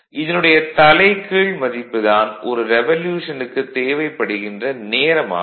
இதனுடைய தலைகீழ் மதிப்பு தான் ஒரு ரெவல்யூஷனுக்கு தேவைப்படுகிற நேரம் ஆகும்